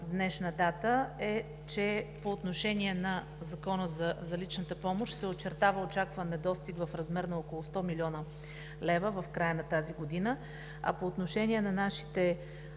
днешна дата, е, че по отношение на Закона за личната помощ се очертава очакван недостиг в размер на около 100 млн. лв. в края на тази година. По отношение на нашите